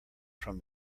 from